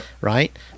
right